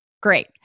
great